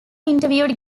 interviewed